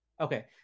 Okay